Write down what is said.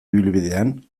ibilbidean